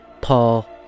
Paul